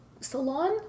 salon